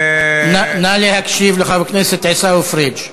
נא להקשיב לחבר הכנסת עיסאווי פריג'.